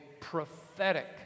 prophetic